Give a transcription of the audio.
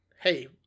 Hey